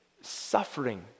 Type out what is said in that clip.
suffering